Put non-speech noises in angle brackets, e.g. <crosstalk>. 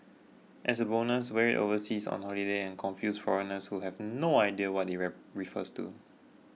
as a bonus wear it overseas on holiday and confuse foreigners who have no idea what it <unintelligible> refers to